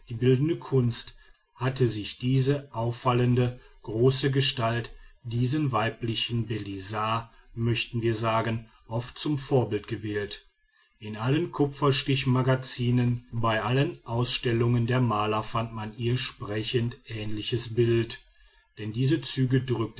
die bildende kunst hat sich diese auffallende große gestalt diesen weiblichen belisar möchten wir sagen oft zum vorbild gewählt in allen kupferstichmagazinen bei allen ausstellungen der maler fand man ihr sprechend ähnliches bild denn diese züge drückten